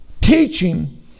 teaching